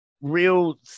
real